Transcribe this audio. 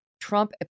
Trump